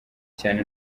cyane